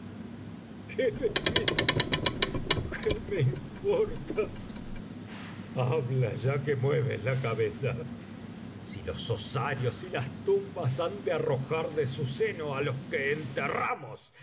me importa habla ya que mueves la cabeza si los osarios y las tumbas han de arrojar de su seno á los que enterramos